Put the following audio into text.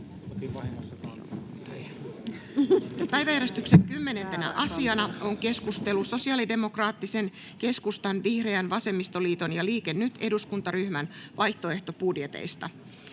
Päiväjärjestyksen 10. asiana on keskustelu sosialidemokraattisen, keskustan, vihreän, vasemmistoliiton ja Liike Nytin eduskuntaryhmän vaihtoehtobudjeteista.